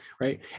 right